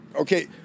Okay